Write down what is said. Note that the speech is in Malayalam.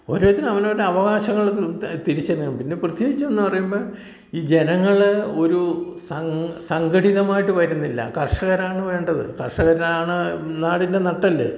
ഓരോരുത്തർ അവനവന്റെ അവകാശങ്ങൾ തിരിച്ചറിയണം പിന്നെ പ്രത്യേകിച്ച് എന്ന് പറയുമ്പം ഈ ജനങ്ങൾ ഒരു സം സംഘടിതമായിട്ട് വരുന്നില്ല കർഷകരാണ് വേണ്ടത് കർഷകനാണ് നാടിൻ്റെ നട്ടെല്ല്